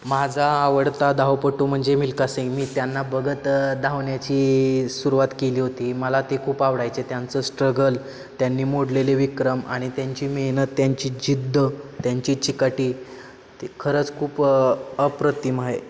माझा आवडता धावपटू म्हणजे मिल्खा सिंग मी त्यांना बघत धावण्याची सुरुवात केली होती मला ते खूप आवडायचे त्यांचं स्ट्रगल त्यांनी मोडलेले विक्रम आणि त्यांची मेहनत त्यांची जिद्द त्यांची चिकाटी ती खरंच खूप अप्रतिम आहे